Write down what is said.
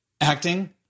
acting